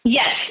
yes